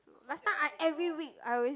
last time I every week I always